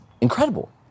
incredible